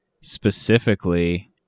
specifically